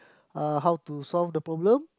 uh how to solve the problem